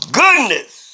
goodness